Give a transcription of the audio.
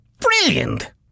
Brilliant